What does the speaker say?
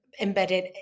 embedded